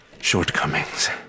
shortcomings